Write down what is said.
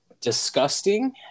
disgusting